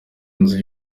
nzu